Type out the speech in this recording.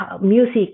music